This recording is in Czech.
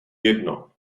jedno